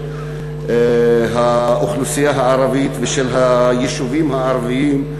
האוכלוסייה הערבית ושל היישובים הערביים.